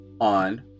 on